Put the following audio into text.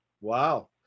Wow